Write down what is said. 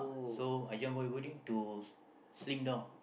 so I join bodybuilding to buy